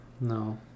No